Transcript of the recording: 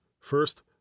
first